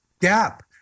gap